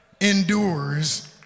endures